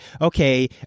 okay